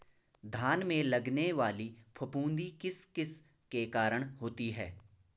धान में लगने वाली फफूंदी किस किस के कारण होती है?